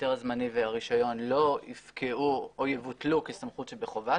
ההיתר הזמני והרישיון לא יפקעו או יבוטלו כסמכות שבחובה,